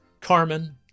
Carmen